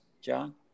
John